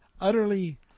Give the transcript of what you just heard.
utterly